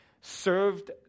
served